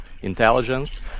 intelligence